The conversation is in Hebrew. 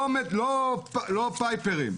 לא פייפרים.